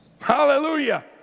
Hallelujah